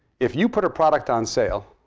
if you put a product on sale,